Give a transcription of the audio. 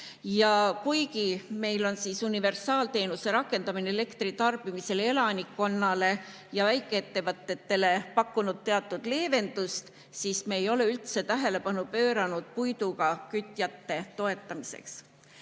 kuigi meil on universaalteenuse rakendamine elektri tarbimisel elanikkonnale ja väikeettevõtetele pakkunud teatud leevendust, ei ole me üldse tähelepanu pööranud puiduga kütjate toetamisele. Teine